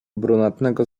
brunatnego